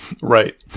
right